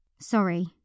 Sorry